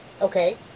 okay